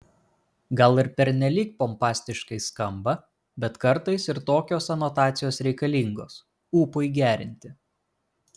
gal ir pernelyg pompastiškai skamba bet kartais ir tokios anotacijos reikalingos ūpui gerinti